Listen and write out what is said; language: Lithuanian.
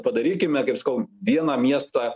padarykime kaip sakau vieną miestą